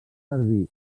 servir